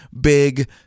big